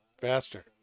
Faster